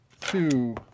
two